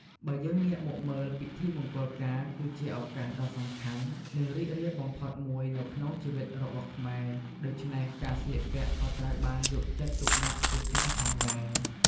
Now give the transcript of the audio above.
បើយើងងាកមកមើល ពិធីមង្គលការគឺជាឱកាសដ៏សំខាន់ និងរីករាយបំផុតមួយនៅក្នុងជីវិតរបស់ខ្មែរ ដូច្នេះការស្លៀកពាក់ក៏ត្រូវបានយកចិត្តទុកដាក់ជាខ្លាំងផងដែរ។